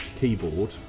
keyboard